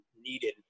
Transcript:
needed